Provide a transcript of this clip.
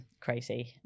crazy